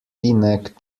neck